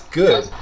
good